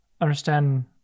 Understand